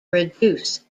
reduce